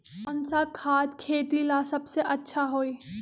कौन सा खाद खेती ला सबसे अच्छा होई?